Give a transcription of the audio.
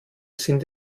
sind